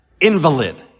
Invalid